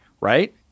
right